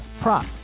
prop